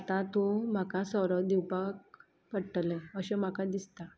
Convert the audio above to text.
आतां तूं म्हाका सोरो दिवपाक पडटलें अशें म्हाका दिसता